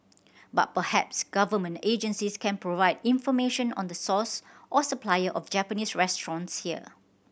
but perhaps Government agencies can provide information on the source or supplier of Japanese restaurants here